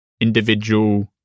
individual